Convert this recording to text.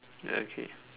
okay